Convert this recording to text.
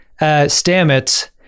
stamets